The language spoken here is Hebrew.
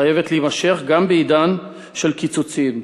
חייבת להימשך גם בעידן של קיצוצים.